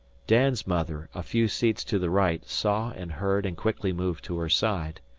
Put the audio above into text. dan's mother, a few seats to the right, saw and heard and quickly moved to her side.